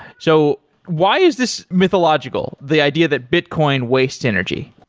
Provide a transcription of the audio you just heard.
so why is this mythological, the idea that bitcoin waste energy?